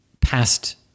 past